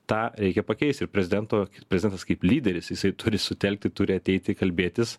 tą reikia pakeisti ir prezidento prizas jis kaip lyderis jisai turi sutelkti turi ateiti kalbėtis